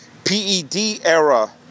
PED-era